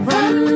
Run